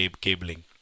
cabling